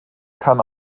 kann